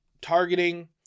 targeting